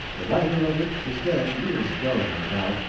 the writer of it is dead years ago, no doubt,